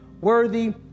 worthy